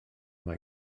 mae